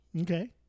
Okay